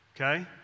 okay